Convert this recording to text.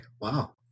Wow